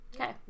Okay